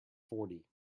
fourty